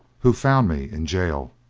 who found me in gaol,